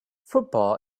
football